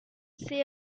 say